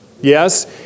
Yes